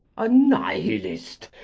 a nihilist!